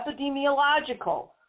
epidemiological